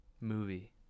movie